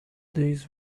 days